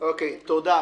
תודה.